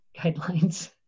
guidelines